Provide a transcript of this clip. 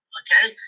okay